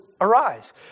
arise